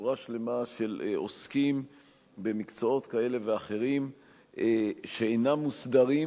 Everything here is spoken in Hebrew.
לשורה שלמה של עוסקים במקצועות כאלה ואחרים שאינם מוסדרים,